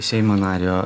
seimo nario